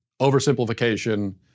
oversimplification